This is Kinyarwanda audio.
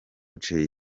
jay